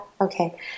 Okay